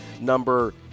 number